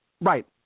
Right